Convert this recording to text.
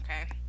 Okay